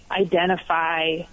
identify